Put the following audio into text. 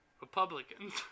Republicans